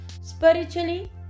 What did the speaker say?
spiritually